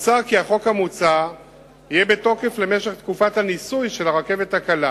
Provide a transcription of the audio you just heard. מוצע כי החוק המוצע יהיה בתוקף למשך תקופת הניסוי של הרכבת הקלה